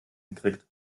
gekriegt